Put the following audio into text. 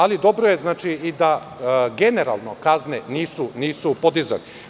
Ali, dobro je i da generalno kazne nisu podizane.